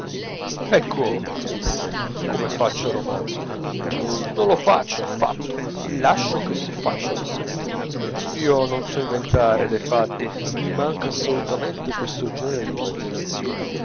ecco disse come faccio il romanzo non lo faccio affatto lascio che si faccia da sè io non so inventare dei fatti mi manca assolutamente questo genere di immaginazione